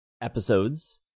episodes